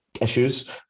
issues